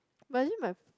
but actually my